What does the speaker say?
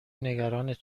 نگرانت